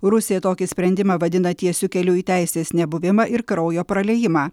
rusija tokį sprendimą vadina tiesiu keliu į teisės nebuvimą ir kraujo praliejimą